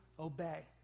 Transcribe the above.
obey